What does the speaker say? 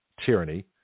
tyranny